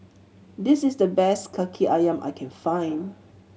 this is the best Kaki Ayam I can find